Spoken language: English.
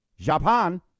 Japan